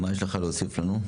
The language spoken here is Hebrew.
מה יש לך להוסיף לנו?